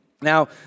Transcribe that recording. Now